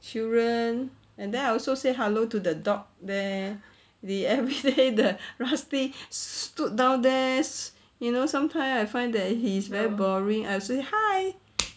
children and then I also say hello to the dog there they everyday the rusty stood down there you know sometimes I find that he's very boring I say hi